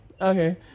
Okay